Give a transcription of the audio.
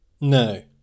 No